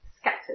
scattered